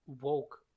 woke